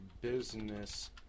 Business